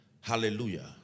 Hallelujah